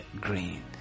green